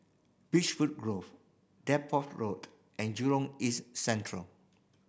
Beech Food Grove Deptford Road and Jurong East Central